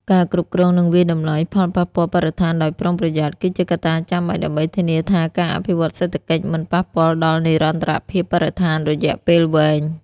ការគ្រប់គ្រង និងវាយតម្លៃផលប៉ះពាល់បរិស្ថានដោយប្រុងប្រយ័ត្ន គឺជាកត្តាចាំបាច់ដើម្បីធានាថាការអភិវឌ្ឍន៍សេដ្ឋកិច្ចមិនប៉ះពាល់ដល់និរន្តរភាពបរិស្ថានរយៈពេលវែង។